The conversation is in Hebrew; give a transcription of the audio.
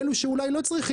הולך לאלה שאולי לא צריכים,